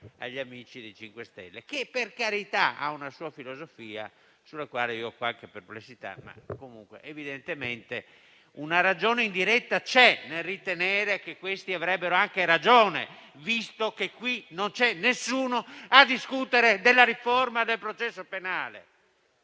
del MoVimento 5 Stelle, che - per carità - ha una sua filosofia sulla quale ho qualche perplessità. Evidentemente però una ragione indiretta c'è nel ritenere che questi avrebbero anche ragione, visto che qui non c'è nessuno a discutere della riforma del processo penale.